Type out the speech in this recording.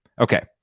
okay